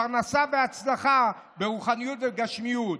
פרנסה והצלחה ברוחניות ובגשמיות.